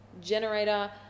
generator